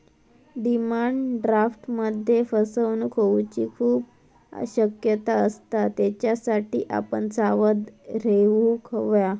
demand ड्राफ्टमध्ये फसवणूक होऊची खूप शक्यता असता, त्येच्यासाठी आपण सावध रेव्हूक हव्या